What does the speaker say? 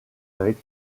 avec